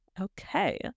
Okay